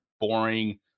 boring